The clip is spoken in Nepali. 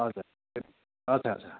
हजुर हजुर हजुर